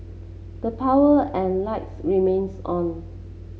the power and lights remains on